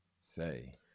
say